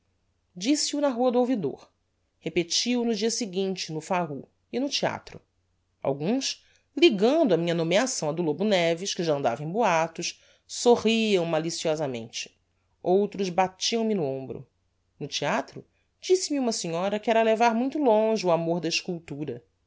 pessoaes disse-o na rua do ouvidor repeti o no dia seguinte no pharoux e no theatro alguns ligando a minha nomeação á do lobo neves que já andava em boatos sorriam maliciosamente outros batiam me no hombro no theatro disse-me uma senhora que era levar muito longe o amor da esculptura